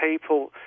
people